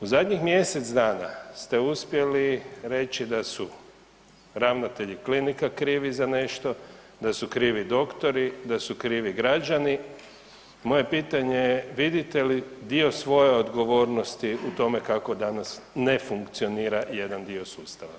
U zadnjih mjesec dana ste uspjeli reći da su ravnatelji klinika krivi za nešto, da su krivi doktori, da su krivi građani, moje pitanje je vidite li dio svoje odgovornosti u tome kako danas ne funkcionira jedan dio sustava?